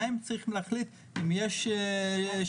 והם צריכים להחליט אם יש שינוי.